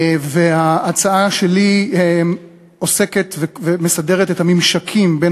ההצעה שלי עוסקת ומסדרת את הממשקים השונים בין